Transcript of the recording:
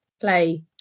play